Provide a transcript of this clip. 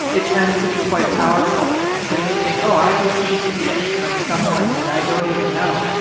it tends to be quite powerful. so you think, oh, i've received a gift from someone that i don't even know.